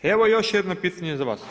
Evo još jedno pitanje za vas.